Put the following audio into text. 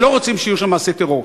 ולא רוצים שיהיו שם מעשי טרור.